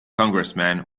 congressman